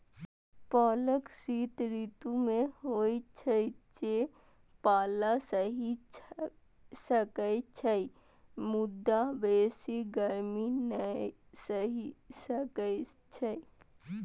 पालक शीत ऋतु मे होइ छै, जे पाला सहि सकै छै, मुदा बेसी गर्मी नै सहि सकै छै